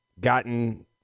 gotten